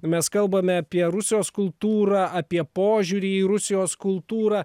mes kalbame apie rusijos kultūrą apie požiūrį į rusijos kultūrą